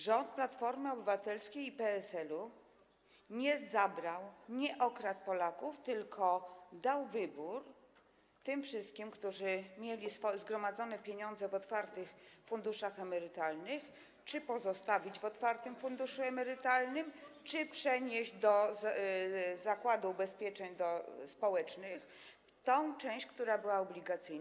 Rząd Platformy Obywatelskiej i PSL-u nie zabrał, nie okradł Polaków, tylko dał wybór tym wszystkim, którzy mieli zgromadzone pieniądze w otwartych funduszach emerytalnych, czy pozostawić w otwartym funduszu emerytalnym, czy przenieść do Zakładu Ubezpieczeń Społecznych tę część, która była obligacyjna.